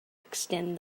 extend